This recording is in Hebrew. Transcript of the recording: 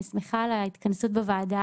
אני שמחה על ההתכנסות בוועדה,